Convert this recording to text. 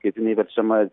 kaip jinai verčiama